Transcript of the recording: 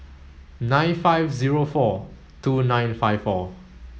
nine five zero four two nine five four